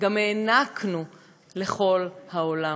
גם הענקנו לכל העולם